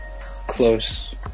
Close